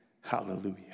Hallelujah